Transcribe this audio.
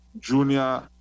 junior